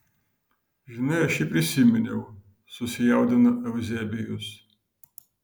žinai aš jį prisiminiau susijaudino euzebijus